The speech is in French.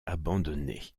abandonnée